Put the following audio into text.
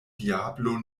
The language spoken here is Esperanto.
diablo